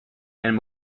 and